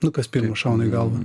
nu kas pirmas šauna į galvą